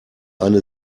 eine